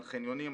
על חניונים,